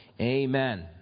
Amen